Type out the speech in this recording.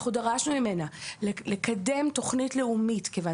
אנחנו דרשנו ממנה לקדם תוכנית לאומית כיוון